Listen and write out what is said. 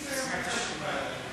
חבר הכנסת מיקי לוי,